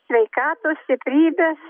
sveikatos stiprybės